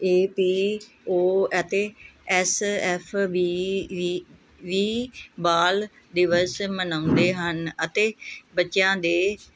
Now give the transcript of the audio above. ਏ P O ਅਤੇ S F B V V ਬਾਲ ਦਿਵਸ ਮਨਾਉਂਦੇ ਹਨ ਅਤੇ ਬੱਚਿਆਂ ਦੇ